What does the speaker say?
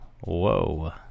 Whoa